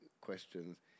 questions